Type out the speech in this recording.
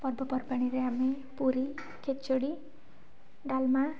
ପର୍ବପର୍ବାଣିରେ ଆମେ ପୁରି ଖିଚୁଡ଼ି ଡାଲମା